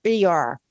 br